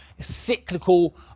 cyclical